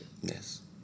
Yes